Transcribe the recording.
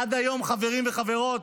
עד היום, חברים וחברות,